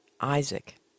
Isaac